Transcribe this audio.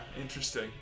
interesting